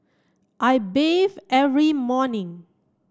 I bathe every morning